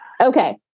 Okay